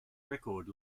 record